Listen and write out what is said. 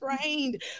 trained